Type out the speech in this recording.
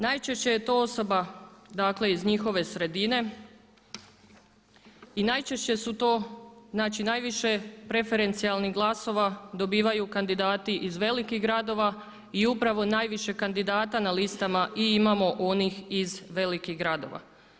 Najčešće je to osoba dakle iz njihove sredine i najčešće su to, znači najviše preferencijalnih glasova dobivaju iz velikih gradova i upravo najviše kandidata na listama i imamo onih iz velikih gradova.